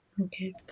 okay